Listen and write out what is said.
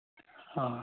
ᱦᱮᱸ